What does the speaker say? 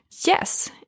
yes